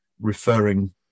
referring